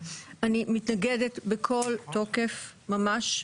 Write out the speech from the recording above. אני מתנגדת בכל תוקף ממש,